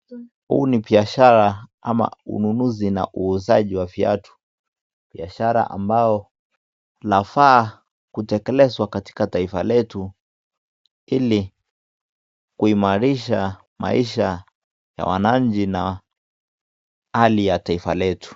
Hii ni biashara ama ununuzi na uuzaji wa viatu, biashara ambao lafaa kutekelezwa katika taifa letu ili kuimarisha maisaha ya wananchi na hali ya taifa letu.